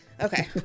okay